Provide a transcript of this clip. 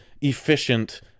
efficient